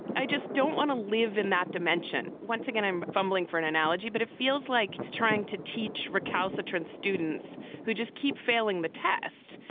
i just don't want to live in that dimension. once again, i'm fumbling for an analogy, but it feels like trying to teach recalcitrant students who just keep failing the test.